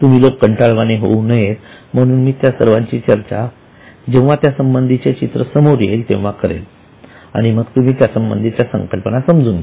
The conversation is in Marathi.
तुम्ही लोक कंटाळवाणे होऊ नयेत म्हणून मी त्या सर्वांची चर्चा जेव्हा त्यासंबंधीचे चित्र समोर येईल तेव्हा करेल आणि मग तुम्ही त्यासंबंधित संकल्पना समजून घ्या